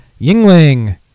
Yingling